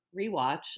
rewatch